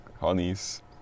honeys